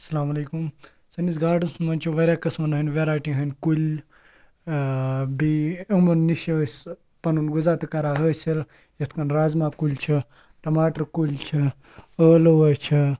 اَسَلامُ علیکُم سٲنِس گاڈنَس منٛز چھِ واریاہ قٕسمَن ہٕنٛدۍ وٮ۪رایٹی ہٕنٛدۍ کُلۍ بیٚیہِ یِمَن نِش چھِ أسۍ پَنُن غذا تہِ کَران حٲصِل یِتھ کٔنۍ رازما کُلۍ چھِ ٹَماٹَر کُلۍ چھِ ٲلوٕ چھِ